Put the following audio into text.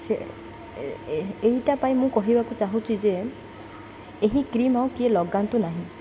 ସେ ଏଇଟା ପାଇଁ ମୁଁ କହିବାକୁ ଚାହୁଁଛି ଯେ ଏହି କ୍ରିମ୍ ଆଉ କିଏ ଲଗାନ୍ତୁ ନାହିଁ